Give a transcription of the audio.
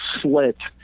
slit